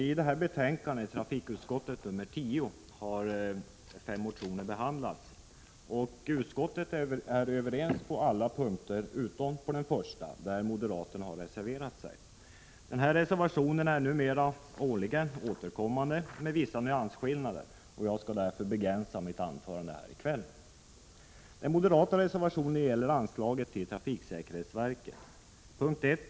Herr talman! I betänkande nr 10 från trafikutskottet har fem motioner behandlats. Utskottet är överens på alla punkter, utom på punkt 1, där moderaterna har reserverat sig. Denna reservation, med vissa nyansskillnader, är numera årligen återkommande. Jag skall därför begränsa mitt anförande här i kväll. Den moderata reservationen gäller anslaget till trafiksäkerhetsverket vid punkt C 1.